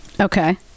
Okay